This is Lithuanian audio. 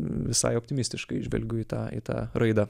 visai optimistiškai žvelgiu į tą į tą raidą